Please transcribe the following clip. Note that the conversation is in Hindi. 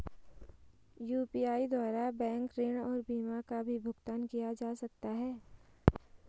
यु.पी.आई द्वारा बैंक ऋण और बीमा का भी भुगतान किया जा सकता है?